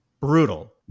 Brutal